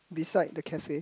beside the cafe